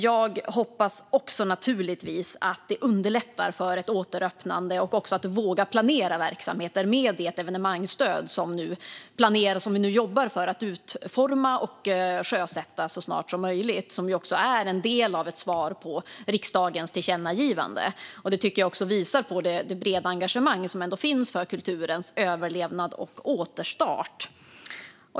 Jag hoppas naturligtvis också att det evenemangsstöd som vi nu jobbar för att utforma och sjösätta så snart som möjligt underlättar för ett återöppnande och för att våga planera verksamheter. Detta är ju en del av ett svar på riksdagens tillkännagivande, vilket jag tycker visar på det breda engagemang som finns för kulturens överlevnad och återstart.